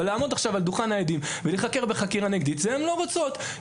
אבל לא לעמוד על דוכן העדים ולהיחקר בחקירה נגדית הן לא רוצות.